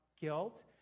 guilt